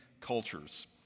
cultures